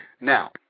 Now